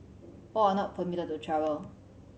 all are not permitted to travel